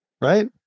Right